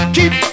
Keep